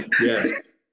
Yes